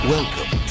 Welcome